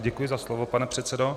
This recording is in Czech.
Děkuji za slovo, pane předsedo.